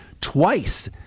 twice